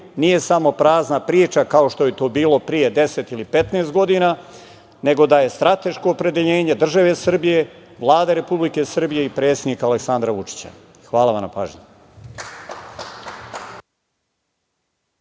nije samo prazna priča kao što je to bilo pre deset ili 15 godina, nego da je strateško opredeljenje države Srbije, Vlade Republike Srbije i predsednika Aleksandra Vučića. Hvala.